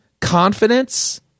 confidence